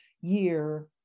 year